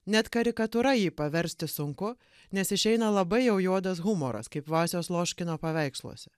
net karikatūra jį paversti sunku nes išeina labai jau juodas humoras kaip vasios loškino paveiksluose